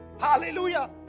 Hallelujah